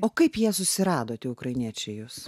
o kaip jie susirado tie ukrainiečiai jus